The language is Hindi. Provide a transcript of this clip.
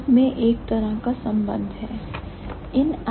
सब में एक तरह का संबंध क्या कनेक्शन है